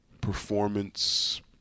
performance